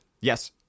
Yes